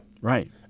Right